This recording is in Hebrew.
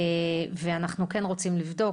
אנחנו כן רוצים לבדוק